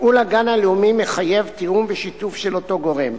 תפעול הגן הלאומי מחייב תיאום ושיתוף של אותו גורם.